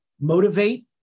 motivate –